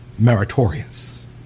Meritorious